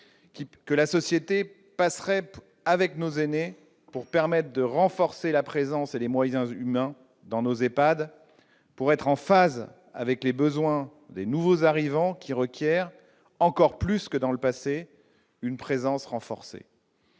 que la société passerait avec nos aînés afin de renforcer la présence et les moyens humains dans nos EHPAD, pour être en phase avec les besoins des nouveaux arrivants qui requièrent, encore davantage que dans le passé, une présence renforcée